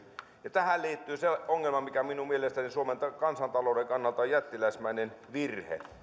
tähän liittyy se ongelma mikä minun mielestäni suomen kansantalouden kannalta on jättiläismäinen virhe